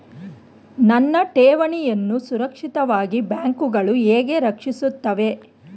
ನನ್ನ ಠೇವಣಿಯನ್ನು ಸುರಕ್ಷಿತವಾಗಿ ಬ್ಯಾಂಕುಗಳು ಹೇಗೆ ರಕ್ಷಿಸುತ್ತವೆ?